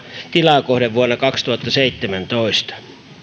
tilaa kohden vuonna kaksituhattaseitsemäntoista